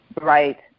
Right